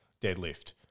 deadlift